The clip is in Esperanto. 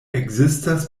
ekzistas